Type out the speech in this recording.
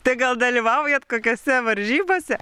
tai gal dalyvaujat kokiose varžybose